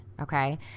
okay